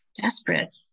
desperate